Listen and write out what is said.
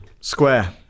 Square